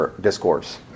Discourse